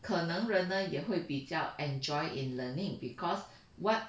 可能 learner 也会比较 enjoy in learning because what